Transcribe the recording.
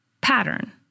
pattern